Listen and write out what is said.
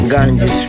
Ganja